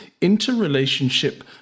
Interrelationship